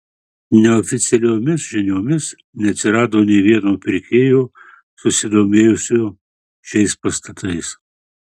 neoficialiomis žiniomis neatsirado nė vieno pirkėjo susidomėjusio šiais pastatais